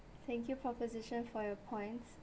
thank you proposition for your points